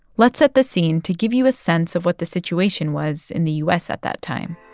let's set the scene to give you a sense of what the situation was in the u s. at that time